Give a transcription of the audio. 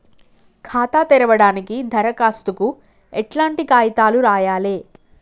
ఖాతా తెరవడానికి దరఖాస్తుకు ఎట్లాంటి కాయితాలు రాయాలే?